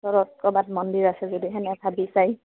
ঘৰত ক'ৰবাত মন্দিৰ আছে যদি তেনে ভাবি চায়